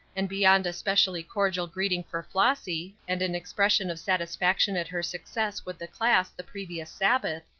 and beyond a specially cordial greeting for flossy, and an expression of satisfaction at her success with the class the previous sabbath,